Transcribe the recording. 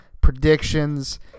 predictions